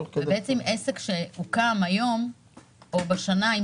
עסק שהוקם היום או בשנה האחרונה,